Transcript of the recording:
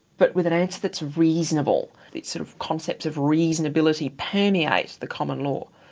but with an answer that's reasonable. the sort of concept of reasonability permeates the common law.